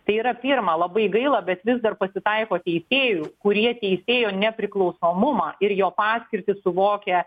tai yra pirma labai gaila bet vis dar pasitaiko teisėjų kurie teisėjo nepriklausomumą ir jo paskirtį suvokia